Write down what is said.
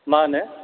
मा होनो